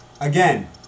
Again